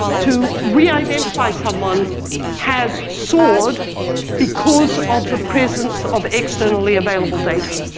to reidentify someone has soared because of the presence of externally available data.